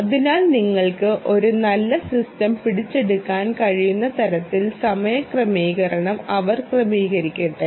അതിനാൽ നിങ്ങൾക്ക് ഒരു നല്ല സിസ്റ്റം പിടിച്ചെടുക്കാൻ കഴിയുന്ന തരത്തിൽ സമയ ക്രമീകരണം അവർ ക്രമീകരിക്കട്ടെ